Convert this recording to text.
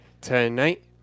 tonight